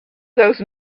those